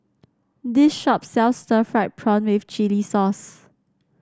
this shop sells Stir Fried Prawn with Chili Sauce